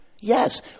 Yes